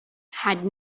had